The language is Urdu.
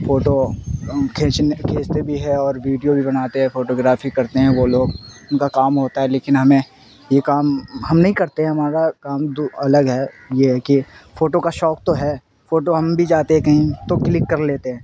فوٹو کھینچنے کھینچتے بھی ہے اور ویڈیو بھی بناتے ہیں فوٹوگرافی کرتے ہیں وہ لوگ ان کا کام ہوتا ہے لیکن ہمیں یہ کام ہم نہیں کرتے ہیں ہمارا کام الگ ہے یہ ہے کہ فوٹو کا شوق تو ہے فوٹو ہم بھی جاتے ہیں کہیں تو کلک کرلیتے ہیں